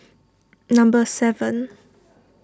number seven